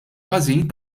ħażin